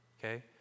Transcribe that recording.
Okay